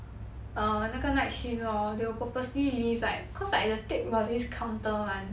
err 那个 night shift lor they will purposely leave like cause like the tape got this counter [one]